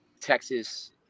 Texas